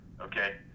Okay